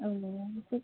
औ